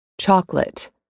chocolate